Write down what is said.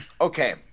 Okay